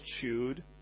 chewed